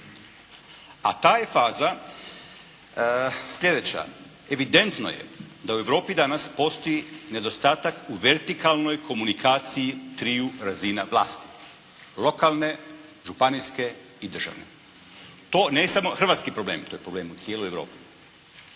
A ta je faza sljedeća. Evidentno je da u Europi danas postoji nedostatak u vertikalnoj komunikaciji triju razina vlasti, lokalne, županijske i državne. To nije samo hrvatski problem, to je problem u cijeloj Europi.